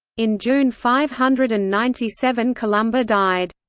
in june five hundred and ninety seven columba died.